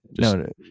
No